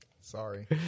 sorry